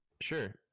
Sure